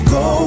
go